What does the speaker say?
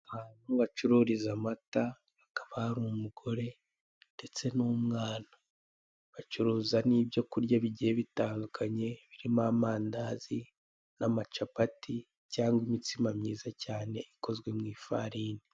Ahantu bacururiza amata hakaba hari umugore ndetse n'umwana bacuruza nibyo kurya bigiye bitandukanye birimo amandazi n'amacapati cyangwa imitsima myiza cyane ikoze mu ifarini.